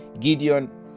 Gideon